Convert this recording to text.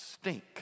stink